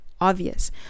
obvious